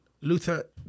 Luther